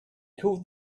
called